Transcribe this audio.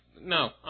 no